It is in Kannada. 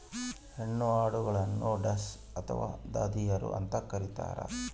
ಹೆಣ್ಣು ಆಡುಗಳನ್ನು ಡಸ್ ಅಥವಾ ದಾದಿಯರು ಅಂತ ಕರೀತಾರ